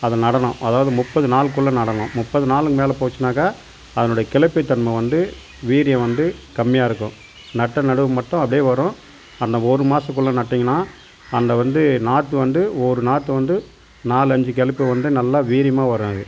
அதை நடணும் அதாவது முப்பது நாள்க்குள்ளே நடணும் முப்பது நாளுக் மேலே போச்சுன்னாக்கா அதனுடைய கிளப்பைத் தன்மை வந்து வீரியம் வந்து கம்மியாக இருக்கும் நட்ட நடுவு மட்டும் அப்படியே வரும் அந்த ஒரு மாசத்துக்குள்ளே நட்டீங்கன்னா அந்த வந்து நாற்று வந்து ஒரு நாற்று வந்து நாலஞ்சு கெலப்பை வந்து நல்லா வீரியமாக வரும் அது